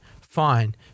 Fine